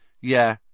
Yeah